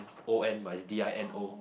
O_N but is D_I_N_O